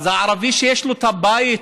אז הערבי שיש לו בית,